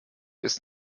ist